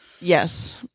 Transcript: Yes